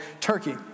Turkey